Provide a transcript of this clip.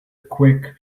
quick